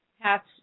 paths